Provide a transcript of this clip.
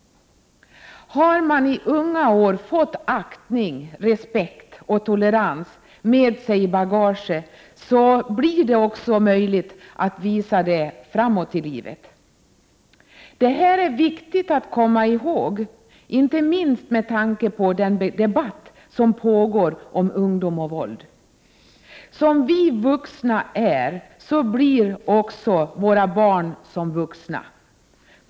Har man i många år fått aktning, respekt och tolerans med sig i bagaget, blir det också möjligt att visa det framåt i livet. Det här är viktigt att komma ihåg inte minst med tanke på den debatt som pågår om ungdom och våld. Som vi vuxna är blir också våra barn som vuxna.